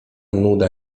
nuda